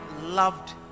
loved